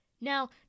Now